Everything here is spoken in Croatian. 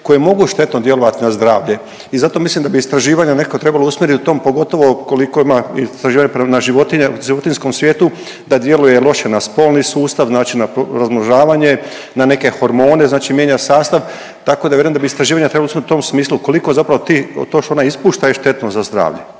koje mogu štetno djelovat na zdravlje i zato mislim da bi istraživanja nekako trebalo usmjerit u tom, pogotovo koliko ima, istraživanje na životinje, u životinjskom svijetu da djeluje loše na spolni sustav, znači na razmnožavanje, na neke hormone, znači mijenja sastav tako da vjerujem da bi istraživanja trebalo usmjerit u tom smislu koliko zapravo ti, točno ona ispušta je štetno za zdravlje.